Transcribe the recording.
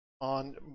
on